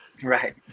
right